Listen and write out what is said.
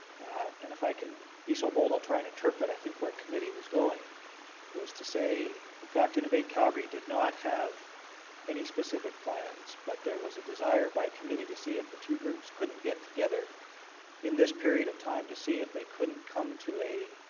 and if i can be so bold i'll try and interpret i think where committee was going was to say in fact innovate calgary did not have any specific plans but there was a desire by committee to see if the two groups couldn't get together in this period of time to see if they couldn't come to a